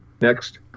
Next